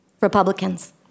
Republicans